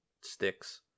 sticks